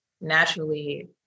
naturally